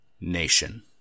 Nation